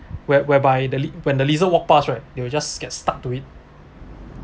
where whereby the li~ when the lizard walk pass right they will just get stuck to it